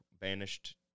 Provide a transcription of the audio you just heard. banished